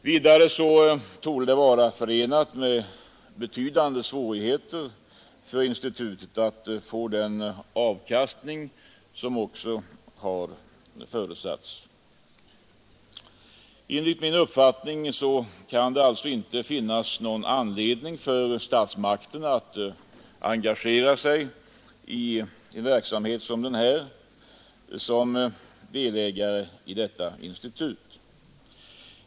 Vidare torde det vara förenat med 15 november 1972 betydande svårigheter för institutet att få den avkastning som också har SO förutsatts; Inrättande av ett Enligt min uppfattning kan det alltså inte finnas någon anledning för kreditaktiebolag statsmakterna att engagera sig såsom delägare i detta institut.